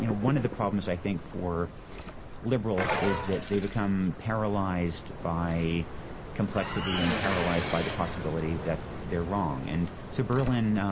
you know one of the problems, i think, for liberals is that they become paralyzed by complexity and paralyzed by the possibility that they're wrong. and so berlin,